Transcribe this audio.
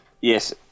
yes